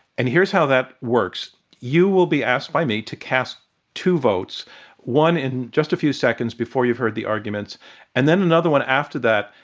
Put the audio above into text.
and here's how that works. you will be asked by me to cast two votes one in just a few seconds, before you've heard the arguments and then, another one after that,